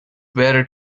better